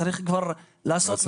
וצריך לעשות משהו.